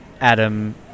adam